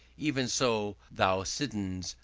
ev'n so, thou, siddons,